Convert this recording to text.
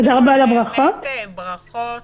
ברכות חמות.